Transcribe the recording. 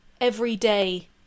everyday